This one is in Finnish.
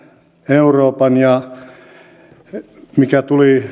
euroopan ja mikä tuli ukrainan ja krimin kriisin jälkeen